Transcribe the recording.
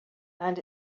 and